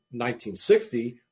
1960